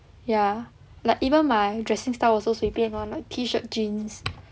ya like even my dressing style also 随便 [one] like T shirt jeans